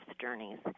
journeys